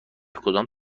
کدام